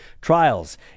trials